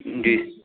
جی